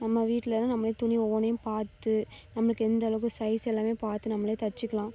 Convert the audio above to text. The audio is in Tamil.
நம்ம வீட்லேனா நம்மளே துணி ஒவ்வொன்றையும் பார்த்து நம்மளுக்கு எந்த அளவுக்கு சைஸ் எல்லாமே பார்த்து நம்மளே தச்சுக்கலாம்